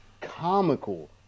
comical